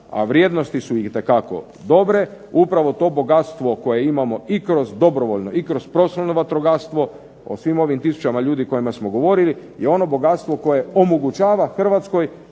a vrijednosti su itekako dobre. Upravo to bogatstvo koje imamo i kroz dobrovoljno i profesionalno vatrogastvo, o svim ovim 1000 ljudi o kojima smo govorili je ono bogatstvo koje omogućava Hrvatskoj